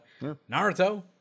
Naruto